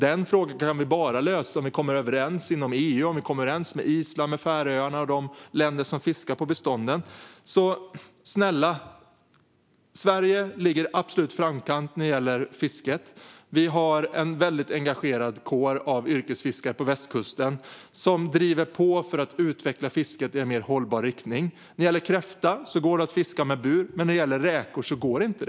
Den frågan kan vi bara lösa om vi kommer överens inom EU och med Island, Färöarna och de länder som fiskar på bestånden. Sverige ligger i absolut framkant när det gäller fisket. Vi har en väldigt engagerad kår av yrkesfiskare på västkusten som driver på för att utveckla fisket i en mer hållbar riktning. När det gäller kräftan går det att fiska med bur, men när det gäller räkor går det inte.